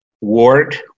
ward